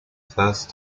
first